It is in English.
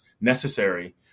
necessary